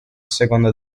seconda